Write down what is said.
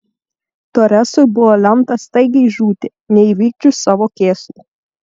toresui buvo lemta staigiai žūti neįvykdžius savo kėslų